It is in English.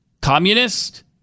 communist